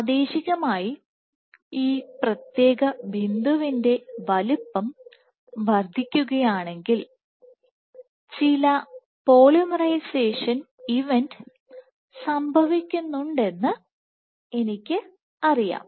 പ്രാദേശികമായി ഈ പ്രത്യേക ബിന്ദുവിൻറെ വലുപ്പം വർദ്ധിക്കുന്നുണ്ടെങ്കിൽ ചില പോളിമറൈസേഷൻ ഇവൻറ് സംഭവിക്കുന്നുണ്ടെന്ന് എനിക്ക് അറിയാം